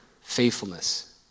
faithfulness